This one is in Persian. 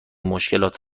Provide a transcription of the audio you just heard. مشکلات